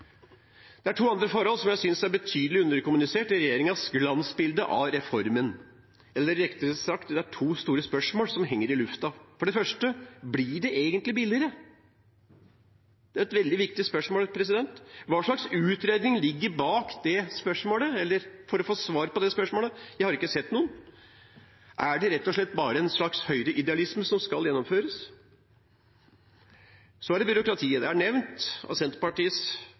Det er to andre forhold som jeg synes er betydelig underkommunisert i regjeringens glansbilde av reformen – eller rettere sagt, det er to store spørsmål som henger i lufta. For det første: Blir det egentlig billigere? Det er et veldig viktig spørsmål. Hva slags utredning ligger bak for å få svar på det spørsmålet? Jeg har ikke sett noen. Er det rett og slett bare en slags høyreidealisme som skal gjennomføres? Så er det byråkratiet. Det er nevnt av Senterpartiets